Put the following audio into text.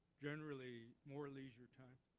generally, more leisure time.